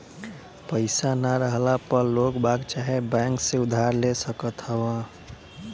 पईसा ना रहला पअ लोगबाग चाहे बैंक से उधार ले सकत हवअ